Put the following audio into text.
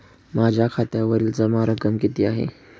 माझ्या खात्यावरील जमा रक्कम किती आहे?